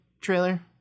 trailer